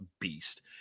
beast